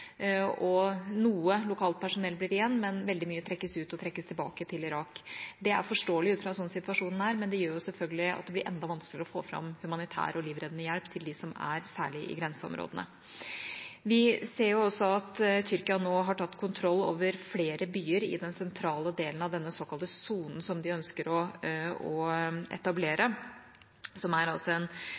Noe lokalt personell blir igjen, men veldig mange trekkes ut og tilbake til Irak. Det er forståelig ut fra slik situasjonen er, men det gjør selvfølgelig at det blir enda vanskeligere å få fram humanitær og livreddende hjelp, særlig til dem som er i grenseområdene. Vi ser også at Tyrkia nå har tatt kontroll over flere byer i den sentrale delen av den såkalte sonen som de ønsker å etablere, som er en over 30 km lang sone langs grensa. Det som også er en